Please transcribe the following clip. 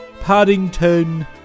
Paddington